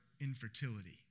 infertility